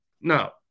Now